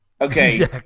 Okay